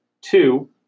Two